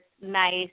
nice